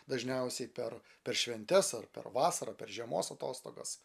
dažniausiai per per šventes ar per vasarą per žiemos atostogas